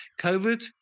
COVID